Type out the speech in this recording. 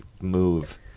move